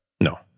No